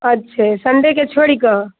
अच्छे सण्डेके छोड़ि कऽ